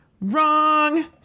Wrong